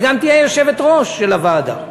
היא גם תהיה יושבת-ראש של הוועדה.